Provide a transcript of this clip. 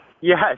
Yes